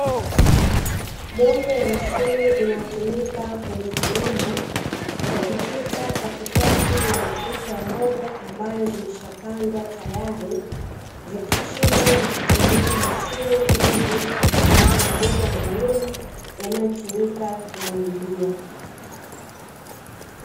Moja ya mashine inayotumika kwenye kilimo, ikipita katikati ya matuta ya mboga ambazo zimeshapandwa tayari, zikichimba na kutengeneza mashimo ili kuweza kutandika mabomba maalumu yanayotumika kumwagilia.